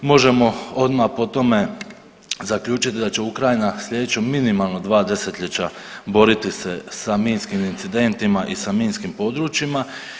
Možemo odmah po tome zaključiti da će Ukrajina slijedeća minimalno 2 desetljeća boriti se sa minskim incidentima i sa minskim područjima.